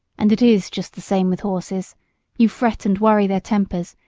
and it is just the same with horses you fret and worry their tempers,